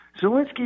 Zelensky